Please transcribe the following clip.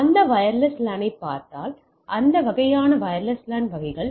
இப்போது அந்த வயர்லெஸ் லானை பார்த்தால் அந்த வகையான வயர்லெஸ் லேன் வகைகள்